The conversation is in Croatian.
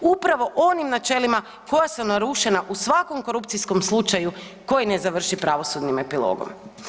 Upravo onim načelima koja su narušena u svakom korupcijom slučaju koji ne završi pravosudnim epilogom.